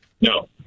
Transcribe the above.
No